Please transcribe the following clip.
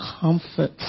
comfort